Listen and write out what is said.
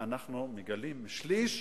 אנחנו מגלים ששליש